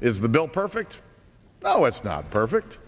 is the bill perfect oh it's